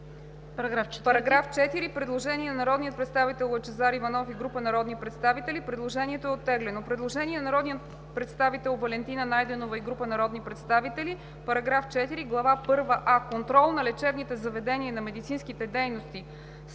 По § 4 има предложение на народния представител Лъчезар Иванов и група народни представители. Предложението е оттеглено. Предложение на народния представител Валентина Найденова и група народни представители: „§ 4. Глава първа „а“ – Контрол на лечебните заведения и на медицинските дейности